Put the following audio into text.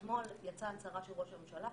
אתמול יצאה הצהרה של ראש הממשלה,